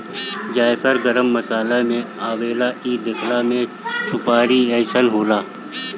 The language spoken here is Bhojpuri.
जायफल गरम मसाला में आवेला इ देखला में सुपारी जइसन होला